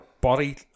body